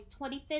25th